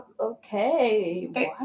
Okay